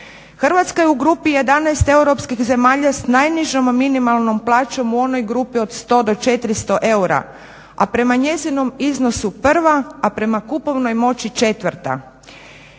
Hrvatska je u grupi 11 europskih zemalja s najnižom minimalnom plaćom u onoj grupi od 100 do 400 eura, a prema njezinom iznosu prva, a prema kupovnoj moći četvrta.